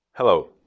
Hello